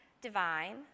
divine